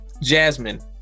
Jasmine